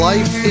Life